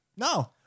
No